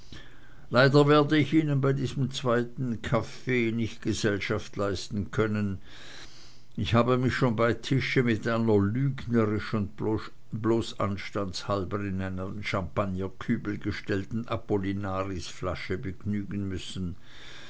leider werde ich ihnen bei diesem zweiten kaffee nicht gesellschaft leisten können ich habe mich schon bei tische mit einer lügnerisch und bloß anstandshalber in einen champagnerkübel gestellten apollinarisflasche begnügen müssen